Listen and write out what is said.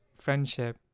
friendship